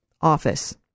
office